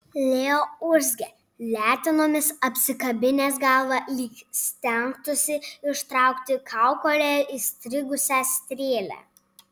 leo urzgė letenomis apsikabinęs galvą lyg stengtųsi ištraukti kaukolėje įstrigusią strėlę